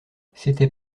c’était